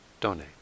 donate